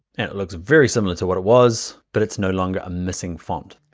and it looks very similar to what it was, but it's no longer a missing font.